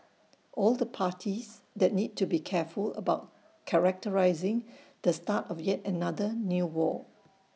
all the parties that need to be careful about characterising the start of yet another new war